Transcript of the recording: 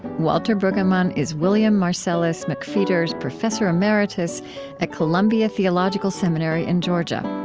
walter brueggemann is william marcellus mcpheeters professor emeritus at columbia theological seminary in georgia.